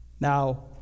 Now